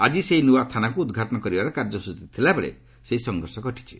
ଆଜି ସେହି ନୂଆ ଥାନାକୁ ଉଦ୍ଘାଟନ କରିବାର କାର୍ଯ୍ୟସ୍ଟଚୀ ଥିବା ବେଳେ ସେହି ସଂଘର୍ଷ ଘଟିଛି